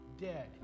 dead